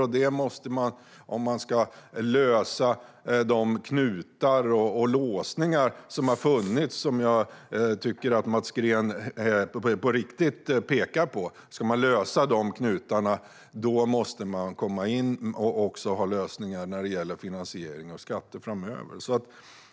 Om man ska kunna lösa de knutar och låsningar som har funnits och som Mats Green pekar på måste man komma in och ha lösningar också när det gäller finansiering och skatter framöver.